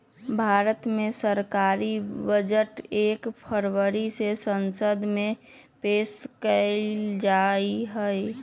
भारत मे सरकारी बजट एक फरवरी के संसद मे पेश कइल जाहई